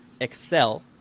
excel